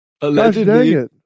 allegedly